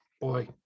boy